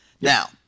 Now